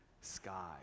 sky